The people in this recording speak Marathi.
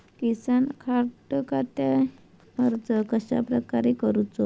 किसान कार्डखाती अर्ज कश्याप्रकारे करूचो?